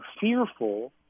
fearful